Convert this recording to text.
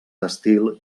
estil